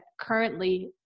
currently